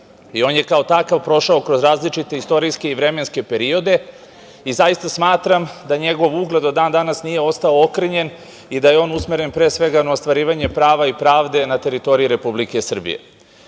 i on je kao takav prošao kroz različite istorijske i vremenske periode i zaista smatram da njegov ugled do dan danas nije ostao okrnjen i da je on usmeren pre svega na ostvarivanje prava i pravde na teritoriji Republike Srbije. Vrhovni